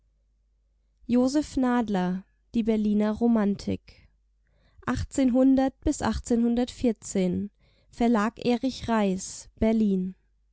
die berliner romantik verlag erich reiß berlin